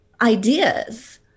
ideas